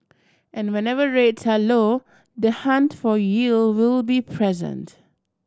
and whenever rates are low the hunt for yield will be present